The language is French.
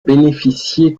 bénéficié